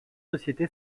société